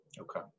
Okay